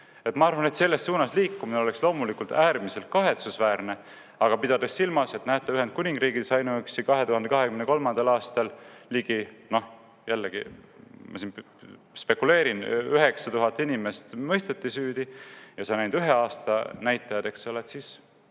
Ma arvan, et selles suunas liikumine oleks loomulikult äärmiselt kahetsusväärne, aga pidades silmas, et Ühendkuningriigis ainuüksi 2023. aastal, jällegi ma siin spekuleerin, ligi 9000 inimest mõisteti süüdi – ja see on ainult ühe aasta näitaja, eks ole –, siis